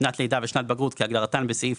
"שנת לידה" ו"שנת בגרות" כהגדרתן בסעיף